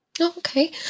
okay